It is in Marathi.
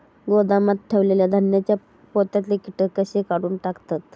गोदामात ठेयलेल्या धान्यांच्या पोत्यातले कीटक कशे काढून टाकतत?